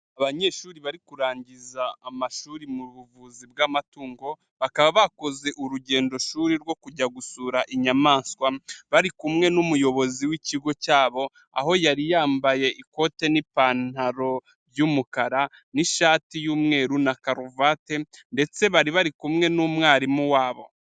Abanyeshuri bari kurangiza amashuri mu buvuzi bw'amatungo, bakaba bakoze urugendo shuri rwo kujya gusura inyamaswa bari kumwe n'umuyobozi w'ikigo cyabo, aho yari yambaye ikote n'ipantaro y'umukara n'ishati y'umweru na karuvate, ndetse bari bari kumwe n'umwarimu wabo.